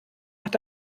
hat